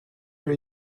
sure